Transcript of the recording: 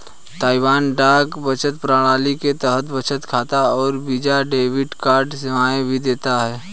Taiwan डाक बचत प्रणाली के तहत बचत खाता और वीजा डेबिट कार्ड सेवाएं भी देता है